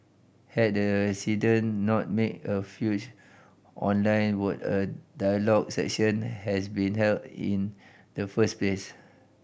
had the resident not made a fuss online would a dialogue session has been held in the first place